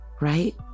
Right